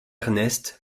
ernest